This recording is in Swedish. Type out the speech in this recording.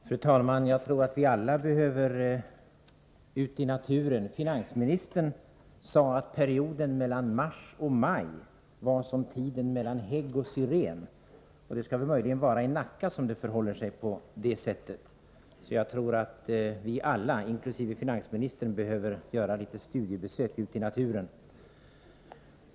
Fru talman! Jag tror att vi alla behöver komma ut i naturen. Finansministern sade att perioden mellan mars och maj var som tiden mellan hägg och syren. Det skall möjligen vara i Nacka som det förhåller sig på det sättet. Jag tror att vi alla, inkl. finansministern, behöver göra ett studiebesök ute i naturen.